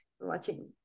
watching